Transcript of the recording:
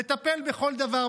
לטפל בכל דבר,